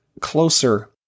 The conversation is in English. closer